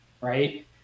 right